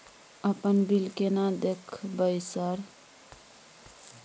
अपन बिल केना देखबय सर?